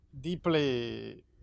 deeply